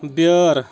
بیٲر